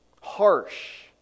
harsh